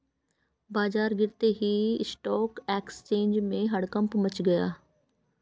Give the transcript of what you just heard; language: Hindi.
बाजार गिरते ही स्टॉक एक्सचेंज में हड़कंप मच गया